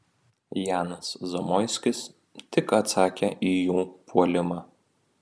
janas zamoiskis tik atsakė į jų puolimą